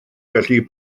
felly